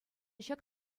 ҫак